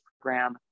program